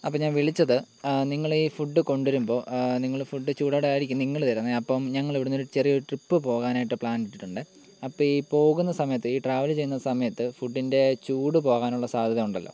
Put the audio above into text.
അപ്പം ഞാൻ വിളിച്ചത് ആ നിങ്ങൾ ഈ ഫുഡ് കൊണ്ടുവരുമ്പോൾ നിങ്ങൾ ഫുഡ് ചൂടോടെ ആയിരിക്കും നിങ്ങൾ തരുന്നത് അപ്പം ഞങ്ങൾ ഇവിടെ നിന്നൊരു ചെറിയ ട്രിപ്പ് പോകാനായിട്ട് പ്ലാൻ ഇട്ടിട്ടുണ്ടേ അപ്പം ഈ പോകുന്ന സമയത്ത് ഈ ട്രാവൽ ചെയ്യുന്ന സമയത്ത് ഫുഡിൻ്റെ ചൂട് പോകാനുള്ള സാധ്യത ഉണ്ടല്ലോ